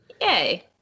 Yay